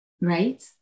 right